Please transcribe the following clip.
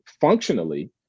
functionally